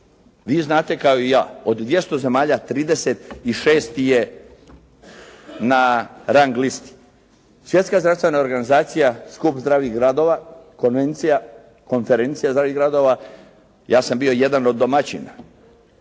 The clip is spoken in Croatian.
vi znate kao i ja, od 200 zemalja 36 ih je na rang listi. Svjetska zdravstvena organizacija, skup zdravih gradova, konvencija, konferencija zdravih gradova. Ja sam bio jedan od domaćina.